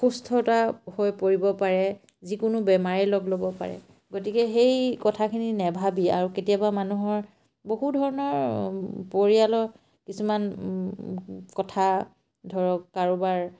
অসুস্থতা হৈ পৰিব পাৰে যিকোনো বেমাৰে লগ ল'ব পাৰে গতিকে সেই কথাখিনি নাভাবি আৰু কেতিয়াবা মানুহৰ বহু ধৰণৰ পৰিয়ালৰ কিছুমান কথা ধৰক কাৰোবাৰ